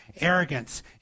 Arrogance